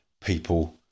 people